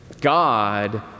God